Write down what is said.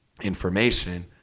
information